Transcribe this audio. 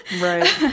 Right